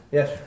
Yes